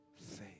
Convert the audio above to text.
faith